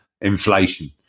inflation